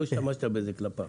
לא השתמשת בזה כלפיו.